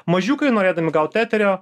mažiukai norėdami gaut eterio